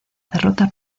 derrota